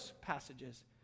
passages